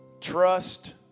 Trust